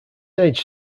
age